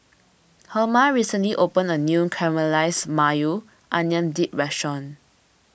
Herma recently opened a new Caramelized Maui Onion Dip restaurant